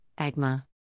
AGMA